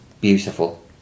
beautiful